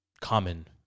common